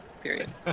period